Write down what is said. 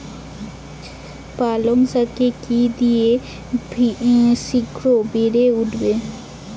পালং শাকে কি দিলে শিঘ্র বেড়ে উঠবে?